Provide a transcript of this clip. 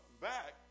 back